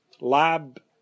lab